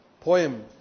poem